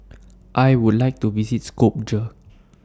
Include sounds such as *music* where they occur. *noise* I Would like to visit Skopje